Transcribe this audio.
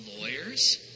lawyers